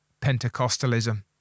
Pentecostalism